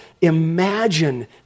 imagine